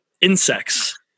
insects